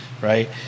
Right